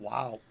Wow